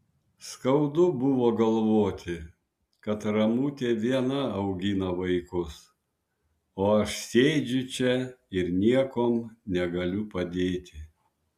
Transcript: skaudu buvo galvoti kad ramutė viena augina vaikus o aš sėdžiu čia ir niekuom negaliu padėti